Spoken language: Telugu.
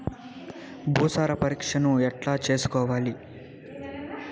భూసార పరీక్షను ఎట్లా చేసుకోవాలి?